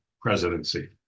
presidency